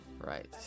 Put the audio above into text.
Right